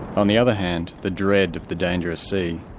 on the other hand, the dread of the dangerous sea.